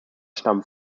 stammen